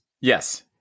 Yes